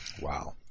Wow